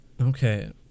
Okay